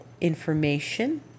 information